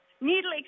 Needle